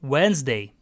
Wednesday